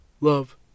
love